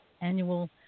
Annual